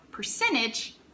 percentage